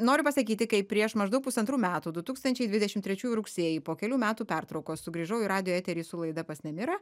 noriu pasakyti kai prieš maždaug pusantrų metų du tūkstančiai dvidešimt trečiųjų rugsėjį po kelių metų pertraukos sugrįžau į radijo eterį su laida pas nemirą